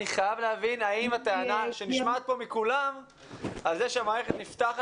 אני חייב להבין האם הטענה שנשמעת פה מכולם על זה שהמערכת נפתחת,